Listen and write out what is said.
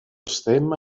stemma